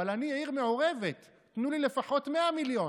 אבל אני עיר מעורבת, תנו לי לפחות 100 מיליון.